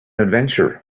adventurer